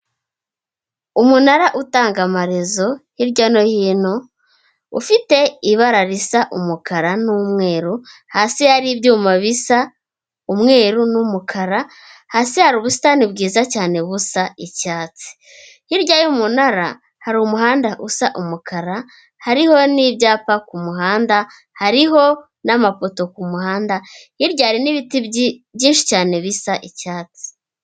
Umunara utanga amaherezo hirya no hino, ufite ibara risa umukara n'umweru, hasi hari ibyuma bisa umweru n'umukara, hasi hari ubusitani bwiza cyane busa icyatsi hirya y'umunara hari umuhanda usa umukara hariho n'ibyapa kumuhanda hariho n'amapoto ku muhanda hirya hari n'ibiti byinshi cyane bisa icyatsi.